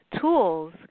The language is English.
tools